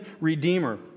Redeemer